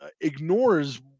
ignores